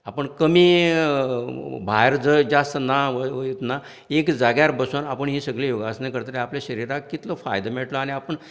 आपूण कमी भायर जंय जास्त ना वयर ना एक जाग्यार बसून आपूण ही सगळीं योगासनां करतकर आपल्या शरिराक कितलो फायदो मेळटलो आनी आपूण